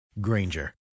Granger